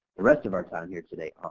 the rest of our time here today on.